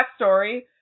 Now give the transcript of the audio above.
backstory